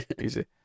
Easy